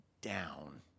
Down